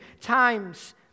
times